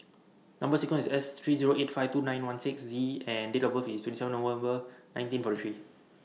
Number sequence S three Zero eight five two nine one six Z and Date of birth IS twenty seven November nineteen forty three